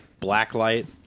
blacklight